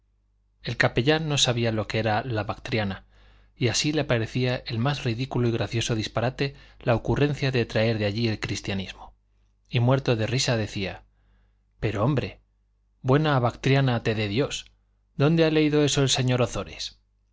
el capellán no sabía lo que era la bactriana y así le parecía el más ridículo y gracioso disparate la ocurrencia de traer de allí el cristianismo y muerto de risa decía pero hombre buena batrania te dé dios dónde ha leído eso el señor ozores